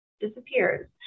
disappears